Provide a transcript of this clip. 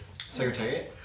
Secretary